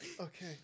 Okay